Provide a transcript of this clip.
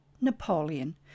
Napoleon